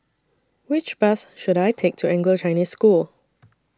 Which Bus should I Take to Anglo Chinese School